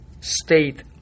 state